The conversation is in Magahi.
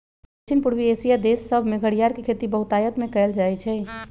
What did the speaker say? दक्षिण पूर्वी एशिया देश सभमें घरियार के खेती बहुतायत में कएल जाइ छइ